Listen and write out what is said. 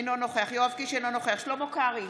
אינו נוכח יואב קיש, אינו נוכח שלמה קרעי,